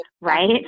right